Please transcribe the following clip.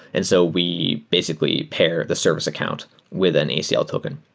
and so we basically pair the service account within acl token.